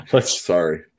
Sorry